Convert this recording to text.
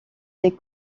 des